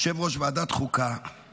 יושב-ראש ועדת החוקה,